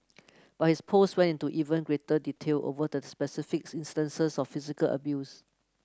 but his post went into even greater detail over the specific instances of physical abuse